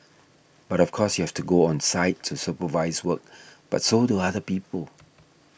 but of course you have to go on site to supervise work but so do other people